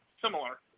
similar